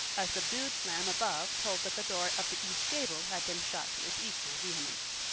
a subdued slam above told that the door of the east gable had been shut with equal vehemence.